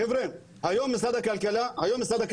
חבר'ה היום משרד הכלכלה בידיעה,